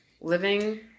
living